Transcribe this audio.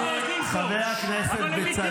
אני רק אומר --- מיקי,